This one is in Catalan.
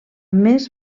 més